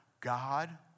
God